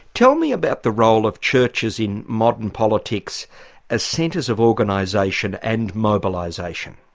tell me about the role of churches in modern politics as centres of organisation and mobilisation.